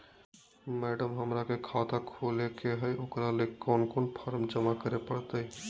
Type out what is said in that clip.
Madam, हमरा के खाता खोले के है उकरा ले कौन कौन फारम जमा करे परते?